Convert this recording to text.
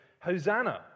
Hosanna